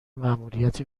ماموریت